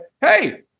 hey